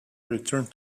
returned